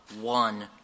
one